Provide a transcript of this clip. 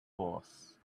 horse